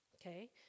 Okay